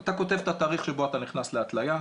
אתה כותב את התאריך שבו אתה נכנס להתליה,